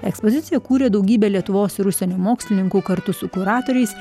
ekspoziciją kūrė daugybė lietuvos ir užsienio mokslininkų kartu su kuratoriais